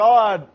God